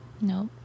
Nope